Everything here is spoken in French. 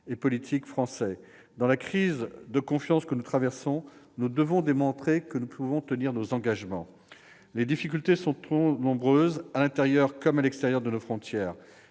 politiques français. Dans la crise de confiance que nous traversons, nous devons démontrer que nous pouvons tenir nos engagements. Les difficultés sont trop nombreuses, à l'intérieur comme à l'extérieur de nos frontières.